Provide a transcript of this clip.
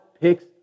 picks